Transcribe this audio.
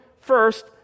first